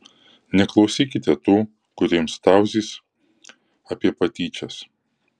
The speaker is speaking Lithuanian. neklausykite tų kurie jums tauzys apie patyčias